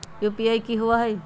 UPI कि होअ हई?